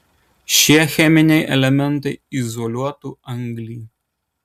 šie cheminiai elementai izoliuotų anglį